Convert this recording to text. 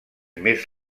més